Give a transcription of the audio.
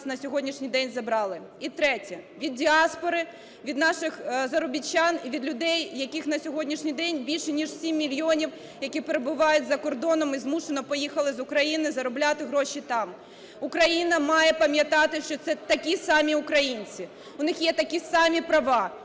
І третє. Від діаспори, від наших заробітчан і від людей, яких на сьогоднішній день більше ніж 7 мільйонів, які перебувають за кордоном і змушено поїхали з України заробляти гроші там. Україна має пам'ятати, що це такі самі українці, в них є такі самі права,